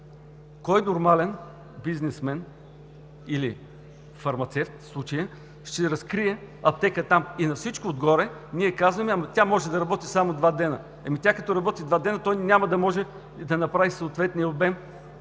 Кой нормален бизнесмен или фармацевт в случая, ще разкрие аптека там? И на всичко отгоре ние казваме: ама тя може да работи само два дни. Ами тя като работи два дни, той няма да може да направи съответния обем,